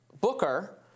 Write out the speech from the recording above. Booker